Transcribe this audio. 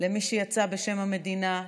למי שיצא בשם המדינה,